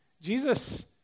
Jesus